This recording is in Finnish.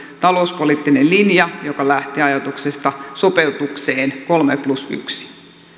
talouspoliittinen linja joka lähti ajatuksesta sopeutukseen kolme plus yksi